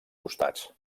costats